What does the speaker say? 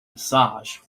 massage